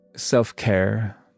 Self-Care